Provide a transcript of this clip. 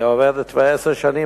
היא עובדת כבר עשר שנים,